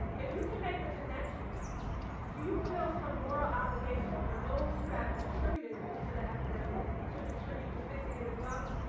if you can make the connection do you feel some more obligation for those who have contributed to the epidemic to contribute to fixing it as well?